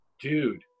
Dude